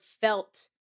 felt